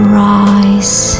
rise